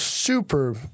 Super